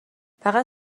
فقط